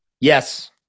Yes